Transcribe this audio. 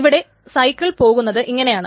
ഇവിടെ സൈക്കിൾ പോകുന്നത് ഇങ്ങനെയാണ്